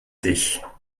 dich